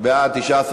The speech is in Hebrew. דניאל